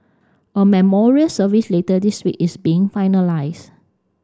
a memorial service later this week is being finalised